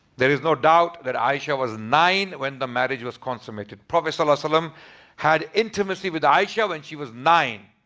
there is no doubt that aisha was nine when the marriage was consummated. the prophet ah um had intimacy with aisha when she was nine.